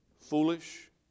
foolish